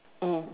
mm